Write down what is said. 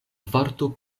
vorto